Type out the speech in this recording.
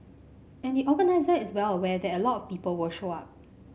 and the organiser is well aware that a lot of people will show up